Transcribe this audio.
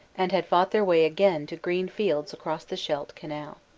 and had fought their way again to green fields across the scheidt canal.